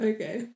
Okay